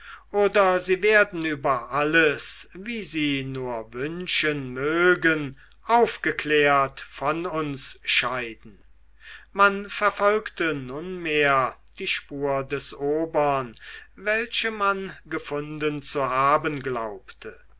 oder sie werden über alles wie sie nur wünschen mögen aufgeklärt von uns scheiden man verfolgte nunmehr die spur des obern welche man gefunden zu haben glaubte